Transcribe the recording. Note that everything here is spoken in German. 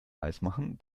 weismachen